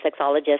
sexologist